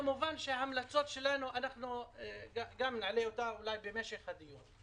נעלה את ההמלצות שלנו במשך הדיון.